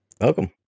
welcome